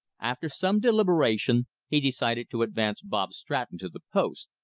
after some deliberation he decided to advance bob stratton to the post,